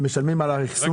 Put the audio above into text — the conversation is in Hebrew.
הם משלמים על האחסון?